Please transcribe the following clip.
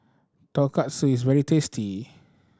Tonkatsu is very tasty